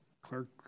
Clerk